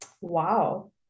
Wow